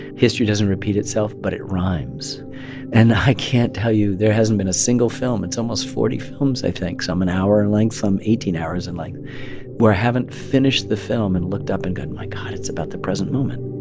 history doesn't repeat itself, but it rhymes and i can't tell you there hasn't been a single film it's almost forty films, i think, some an hour in length, some eighteen hours in length like where haven't finished the film and looked up and gone, my god, it's about the present moment.